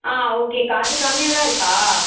ஆ okay அக்கா அது கம்மியாகதான் இருக்கா